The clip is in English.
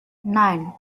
nine